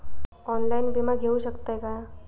Online विमा घेऊ शकतय का?